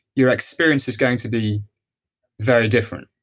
your experience is going to be very different.